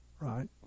right